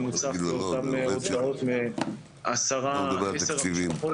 עשר המשפחות,